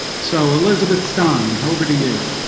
so elizabeth stein, over to you.